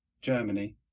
Germany